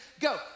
Go